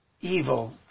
evil